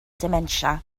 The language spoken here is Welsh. dementia